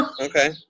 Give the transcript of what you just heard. okay